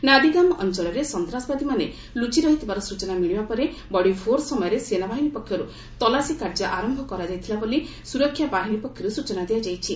ନାଦିଗାମ୍ ଅଞ୍ଚଳରେ ସନ୍ତାସବାଦୀମାନେ ଲୁଚି ରହିଥିବାର ସୂଚନା ମିଳିବା ପରେ ବଡ଼ି ଭୋରୁ ସେନାବାହିନୀ ପକ୍ଷରୁ ତଲାସୀ କାର୍ଯ୍ୟ ଆରମ୍ଭ କରାଯାଇଥିଲା ବୋଲି ସୁରକ୍ଷା ବାହିନୀ ପକ୍ଷରୁ ସୂଚନା ଦିଆଯାଇଛି